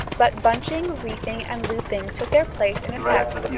but bunching, reefing, and looping took their place in effect,